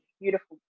beautiful